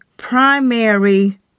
primary